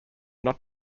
not